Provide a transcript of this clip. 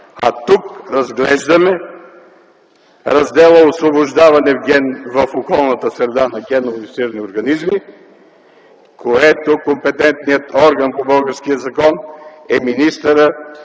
а тук разглеждаме раздела „Освобождаване в околната среда на генно модифицирани организми”. Компетентният орган по българския закон е министърът